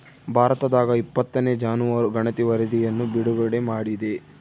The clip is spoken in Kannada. ಭಾರತದಾಗಇಪ್ಪತ್ತನೇ ಜಾನುವಾರು ಗಣತಿ ವರಧಿಯನ್ನು ಬಿಡುಗಡೆ ಮಾಡಿದೆ